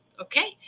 okay